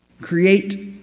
create